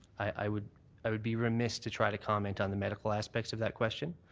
i would i would be remiss to try to comment on the medical aspects of that question.